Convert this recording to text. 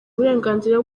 uburenganzira